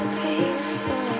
peaceful